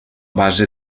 base